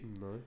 no